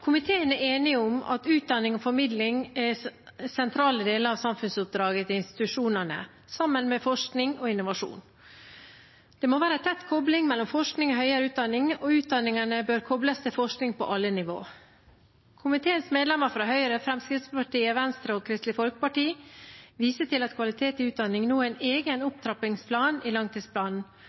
av samfunnsoppdraget til institusjonene sammen med forskning og innovasjon. Det må være en tett kobling mellom forskning og høyere utdanning, og utdanningene bør kobles til forskning på alle nivåer. Komiteens medlemmer fra Høyre, Fremskrittspartiet, Venstre og Kristelig Folkeparti viser til at kvalitet i utdanning nå har en egen opptrappingsplan i langtidsplanen.